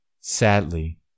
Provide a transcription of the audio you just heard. Sadly